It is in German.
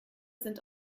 sind